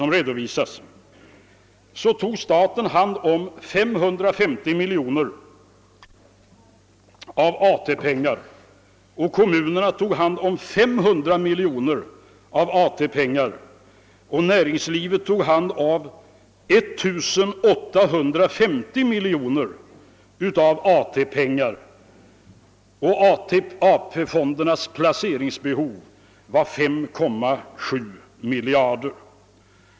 Det redovisas där att under 1968 staten tog hand om 550 miljoner av AT-pengarna, kommunerna om 500 miljoner och näringslivet om 19850 miljoner. AP-fondernas placeringsbehov var 5,7 miljarder.